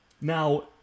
Now